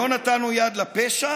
לא נתנו יד לפשע